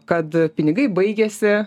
kad pinigai baigiasi